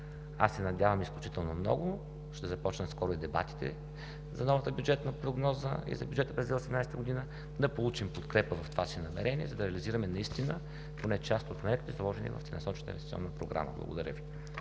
Надявам се изключително много – скоро ще започнат и дебатите за новата бюджетна прогноза и за бюджета през 2018 г., да получим подкрепа в това си намерение, за да реализираме поне част от мерките, заложени в Целенасочената инвестиционна програма. Благодаря Ви.